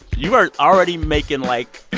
you are already making, like,